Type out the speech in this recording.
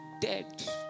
dead